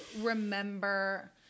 remember